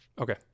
Okay